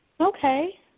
Okay